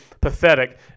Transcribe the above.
pathetic